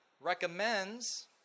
recommends